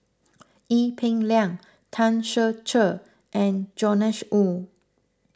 Ee Peng Liang Tan Ser Cher and Joash Moo